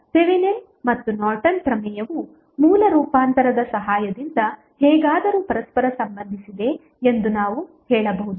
ಆದ್ದರಿಂದ ಥೆವೆನಿನ್ ಮತ್ತು ನಾರ್ಟನ್ ಪ್ರಮೇಯವು ಮೂಲ ರೂಪಾಂತರದ ಸಹಾಯದಿಂದ ಹೇಗಾದರೂ ಪರಸ್ಪರ ಸಂಬಂಧಿಸಿದೆ ಎಂದು ನಾವು ಹೇಳಬಹುದು